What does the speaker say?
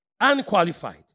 unqualified